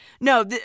No